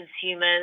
consumers